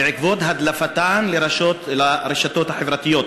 בעקבות הדלפתם לרשתות החברתיות.